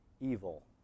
evil